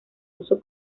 uso